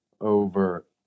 over